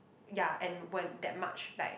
ya and when that much like